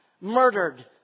murdered